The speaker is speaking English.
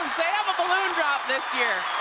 they have a balloon drop this year.